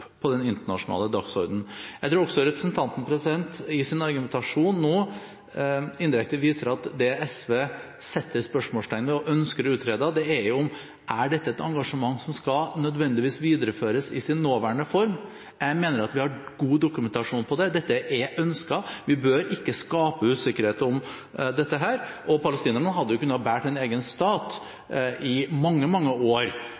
på den internasjonale dagsordenen. Jeg tror også representanten i sin egen argumentasjon nå indirekte viser til at det SV setter spørsmålstegn ved og ønsker å utrede, er: Er dette et engasjement som nødvendigvis skal videreføres i sin nåværende form? Jeg mener at vi har god dokumentasjon på det. Dette er ønsket. Vi bør ikke skape usikkerhet om dette. Og palestinerne kunne ha båret en egen stat i mange, mange år.